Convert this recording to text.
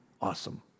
awesome